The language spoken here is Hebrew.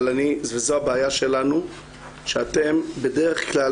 וזו הבעיה שלנו שאתם בדרך כלל,